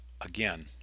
again